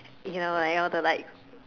you know like all the like